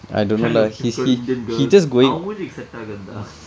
trying to tackle indian girls அவன் மூஞ்சிக்கு:avan muunjikku set ஆகாது:aakathu dah